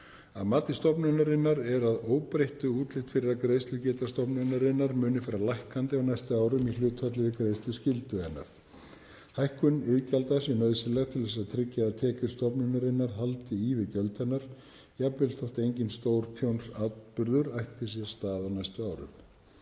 Að mati stofnunarinnar er að óbreyttu útlit fyrir að greiðslugeta stofnunarinnar muni fara lækkandi á næstu árum, í hlutfalli við greiðsluskyldu hennar. Hækkun iðgjalda sé nauðsynleg til þess að tryggja að tekjur stofnunarinnar haldi í við gjöld hennar, jafnvel þótt enginn stór tjónsatburður ætti sér stað á næstu árum.